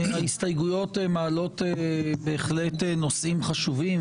ההסתייגויות מעלות בהחלט נושאים חשובים,